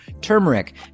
turmeric